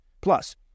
Plus